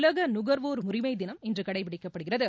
உலக நுகர்வோர் உரிமை தினம் இன்று கடைப்பிடிக்கப்படுகிறது